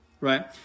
right